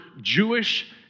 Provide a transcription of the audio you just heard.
Jewish